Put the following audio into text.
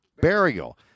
burial